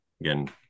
again